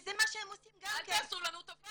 וזה מה שהם עושים גם כן --- אל תעשו לנו טובה,